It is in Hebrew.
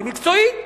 היא מקצועית.